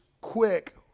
quick